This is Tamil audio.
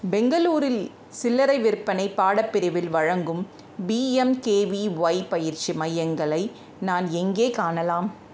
பெங்களூரில் சில்லறை விற்பனை பாடப் பிரிவில் வழங்கும் பிஎம்கேவிஒய் பயிற்சி மையங்களை நான் எங்கே காணலாம்